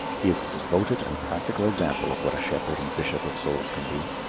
he is a devoted and practical example of what a shepherd and bishop of souls can be.